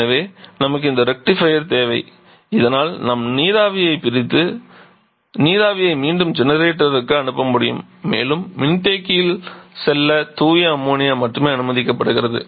எனவே நமக்கு இந்த ரெக்டிஃபியர் தேவை இதனால் நாம் நீராவியைப் பிரித்து நீராவியை மீண்டும் ஜெனரேட்டருக்கு அனுப்ப முடியும் மேலும் மின்தேக்கியில் செல்ல தூய அம்மோனியா மட்டுமே அனுமதிக்கப்படுகிறது